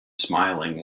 smiling